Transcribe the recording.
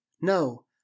No